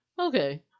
Okay